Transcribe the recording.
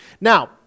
Now